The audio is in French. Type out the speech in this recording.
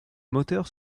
moteur